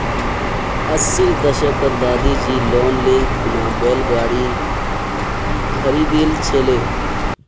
अस्सीर दशकत दादीजी लोन ले खूना बैल गाड़ी खरीदिल छिले